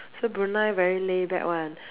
so Brunei very laid back [one]